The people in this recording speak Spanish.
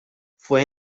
fue